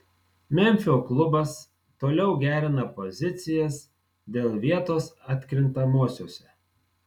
memfio klubas toliau gerina pozicijas dėl vietos atkrintamosiose